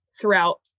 throughout